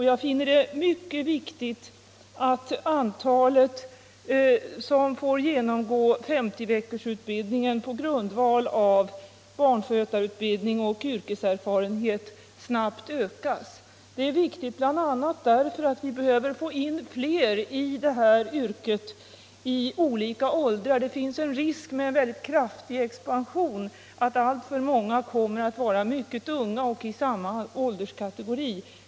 Jag finner det mycket viktigt att det antal som får genomgå 50-veckorsutbildningen på grundval av barnskötarutbildning och yrkeserfarenhet snabbt ökas. Det är viktigt bl.a. därför att vi i detta yrke behöver få in personer i olika åldrar. Risken vid en väldigt kraftig expansion är att alltför många kommer att vara mycket unga och tillhöra samma ålderskategori.